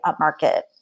upmarket